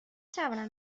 توانم